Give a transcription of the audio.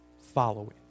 following